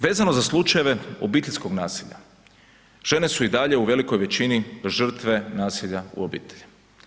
Vezano za slučajeve obiteljskog nasilja žene su i dalje u velikoj većini žrtve nasilja u obitelji.